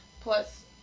Plus